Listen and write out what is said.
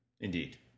Indeed